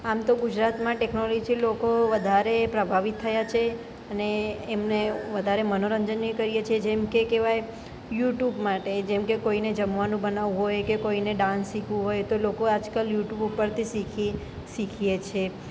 આમ તો ગુજરાતમાં ટેક્નોલોજીથી લોકો વધારે પ્રભાવિત થયા છે અને એમને વધારે મનોરંજની કરીએ છીએ જેમકે કેવાય યૂ ટ્યૂબ માટે જેમકે કોઈને જમવાનું બનાવવું હોયકે કોઈને ડાન્સ શીખવો હોય તો લોકો આજકાલ યૂ ટ્યૂબ ઉપરથી શીખીએ શીખીએ છીએ